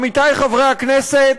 עמיתי חברי הכנסת,